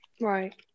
Right